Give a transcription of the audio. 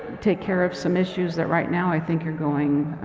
take care of some issues that right now i think are going,